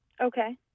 Okay